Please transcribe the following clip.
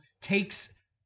takes